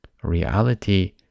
reality